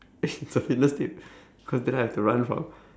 actually it's a fitness tip cause then I've to run from